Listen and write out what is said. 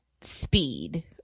speed